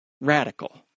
radical